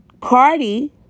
Cardi